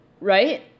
Right